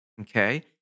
okay